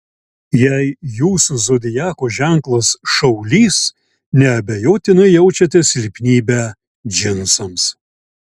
jei jūsų zodiako ženklas šaulys neabejotinai jaučiate silpnybę džinsams